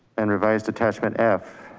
and revised attachment f,